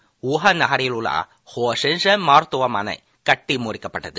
seconds Wuhan நகரில் உள்ள மருத்துவமனை கட்டி முடிக்கப்பட்டது